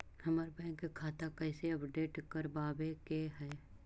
हमर बैंक खाता कैसे अपडेट करबाबे के है?